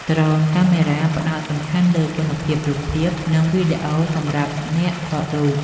ដ្រូនកាមេរ៉ា ផ្ដោតសំខាន់លើគុណភាពរូបភាព និងវីដេអូសម្រាប់អ្នកថតរូប។